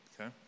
Okay